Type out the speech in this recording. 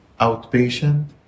Outpatient